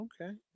Okay